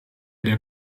der